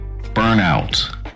burnout